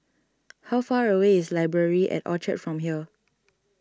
how far away is Library at Orchard from here